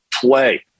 play